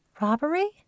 Robbery